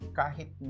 kahit